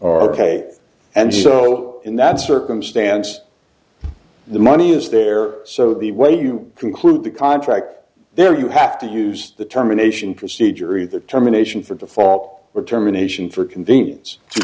are ok and so in that circumstance the money is there so the way you conclude the contract there you have to use the term a nation procedure either terminations for default or terminations for convenience to